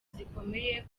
zikomeye